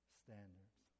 standards